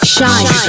Shine